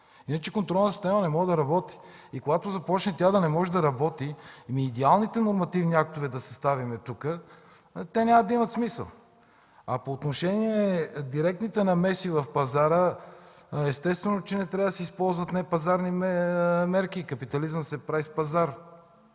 иначе контролната система не може да работи. Когато тя започне да не може да работи, идеалните нормативни актове да съставим тук, няма да имат смисъл. По отношение директните намеси в пазара, естествено че не трябва да се използват не пазарни мерки – капитализъм се прави с пазар.